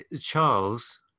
Charles